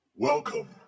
Welcome